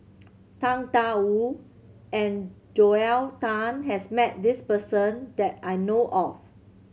Tang Da Wu and Joel Tan has met this person that I know of